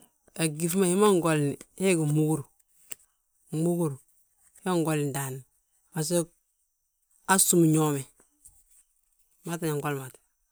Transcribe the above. A gyíŧi ma hi ma ngolni he gí múgur, múgur he ngoli ndaani. Baso aa ssúmi ñoome wi maa tínga ngoli ma te.